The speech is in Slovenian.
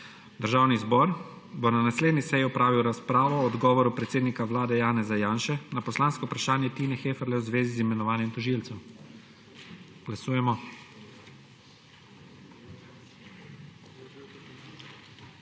Državni zbor bo na naslednji seji opravil razpravo o odgovoru predsednika Vlade Janeza (Ivana) Janše na poslansko vprašanje Tine Heferle v zvezi z imenovanjem tožilcev. Glasujemo.